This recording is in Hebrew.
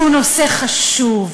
שהוא נושא חשוב,